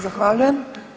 Zahvaljujem.